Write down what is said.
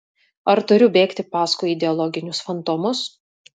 ar turiu bėgti paskui ideologinius fantomus